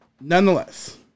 nonetheless